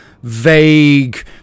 vague